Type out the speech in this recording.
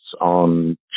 on